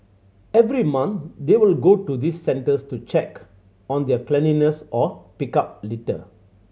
every month they would go to these centres to check on their cleanliness or pick up litter